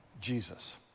Jesus